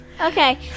Okay